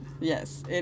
Yes